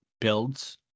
builds